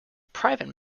private